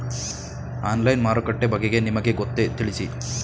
Online ಮಾರುಕಟ್ಟೆ ಬಗೆಗೆ ನಿಮಗೆ ಗೊತ್ತೇ? ತಿಳಿಸಿ?